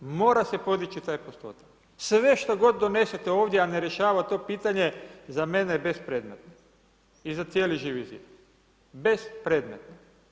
Mora se podići taj postotak, sve što donesete ovdje, a ne rješava to pitanje za mene je bespredmetno i za cijeli Živi zid bespredmetno.